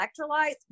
electrolytes